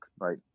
right